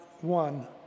one